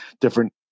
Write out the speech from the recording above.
different